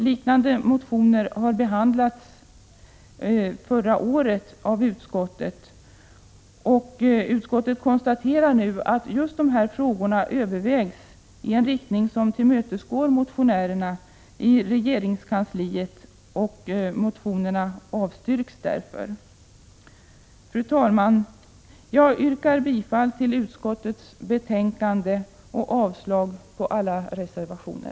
Liknande motioner har behandlats förra året av utskottet. Utskottet konstaterar nu att just dessa frågor övervägs i regeringskansliet i en riktning som tillmötesgår motionärerna. Motionerna avstyrks därför. Fru talman! Jag yrkar bifall till utskottets hemställan och avslag på alla reservationer.